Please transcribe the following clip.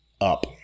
up